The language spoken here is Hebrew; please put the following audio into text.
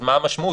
מה המשמעות?